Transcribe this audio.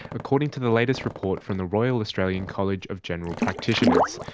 according to the latest report from the royal australian college of general practitioners.